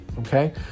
Okay